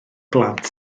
blant